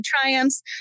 triumphs